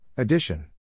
Addition